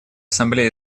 ассамблея